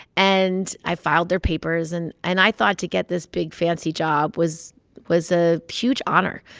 and i filed their papers. and and i thought to get this big, fancy job was was a huge honor